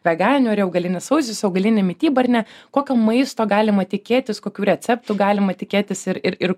veganių ar augalinis sausis augalinė mityba ar ne kokio maisto galima tikėtis kokių receptų galima tikėtis ir ir ir